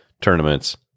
tournaments